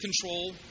control